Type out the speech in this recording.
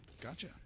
Gotcha